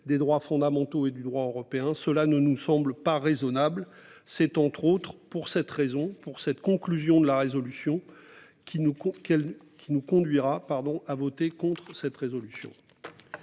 des droits fondamentaux et du droit européen. Cela ne nous semble pas raisonnable. C'est entre autres pour cette raison pour cette conclusion de la résolution qui ne court qu'elle qui nous conduira pardon a voté contre cette résolution.